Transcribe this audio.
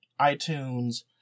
iTunes